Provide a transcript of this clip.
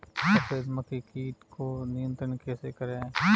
सफेद मक्खी कीट को नियंत्रण कैसे करें?